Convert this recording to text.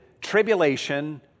tribulation